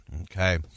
Okay